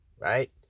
right